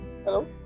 Hello